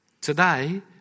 Today